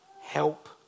Help